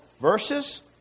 verses